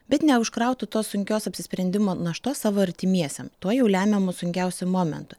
bet neužkrautų tos sunkios apsisprendimo naštos savo artimiesiem tuo jau lemiamu sunkiausiu momentu